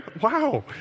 Wow